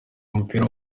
umupira